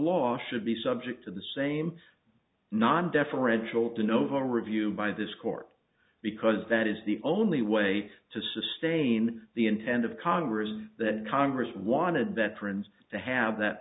law should be subject to the same not deferential to nova review by this court because that is the only way to sustain the intent of congress and that congress wanted veterans to have that